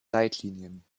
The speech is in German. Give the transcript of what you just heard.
leitlinien